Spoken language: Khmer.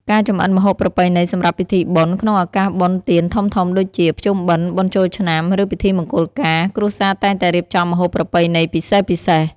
ការចម្អិនម្ហូបប្រពៃណីសម្រាប់ពិធីបុណ្យ ក្នុងឱកាសបុណ្យទានធំៗដូចជា ភ្ជុំបិណ្ឌ បុណ្យចូលឆ្នាំ ឬពិធីមង្គលការ គ្រួសារតែងតែរៀបចំម្ហូបប្រពៃណីពិសេសៗ។